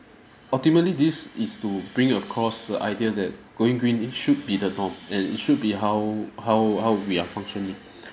ultimately this is to bring across the idea that going green is should be the norm and it should be how how how we are functioning